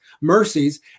mercies